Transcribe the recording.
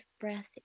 breath